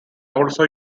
also